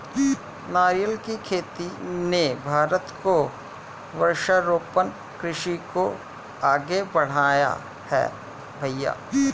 नारियल की खेती ने भारत को वृक्षारोपण कृषि को आगे बढ़ाया है भईया